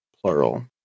plural